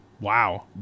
Wow